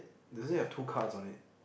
does it have two cars on it